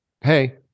hey